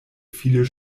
viele